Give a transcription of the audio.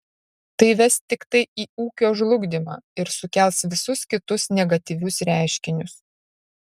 tai ves tiktai į ūkio žlugdymą ir sukels visus kitus negatyvius reiškinius